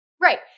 Right